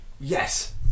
Yes